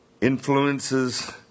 influences